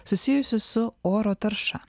susijusius su oro tarša